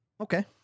Okay